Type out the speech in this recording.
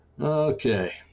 Okay